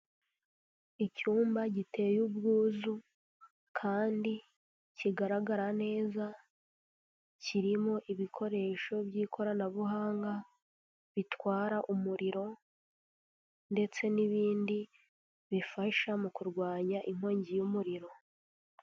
Icyumba giteye ubwuzu kandi kigaragara neza, kirimo ibikoresho by'ikoranabuhanga bitwara umuriro, ndetse n'ibindi bifasha mu kurwanya inkongi y'umuriro.